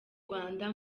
rwanda